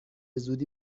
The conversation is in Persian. زودی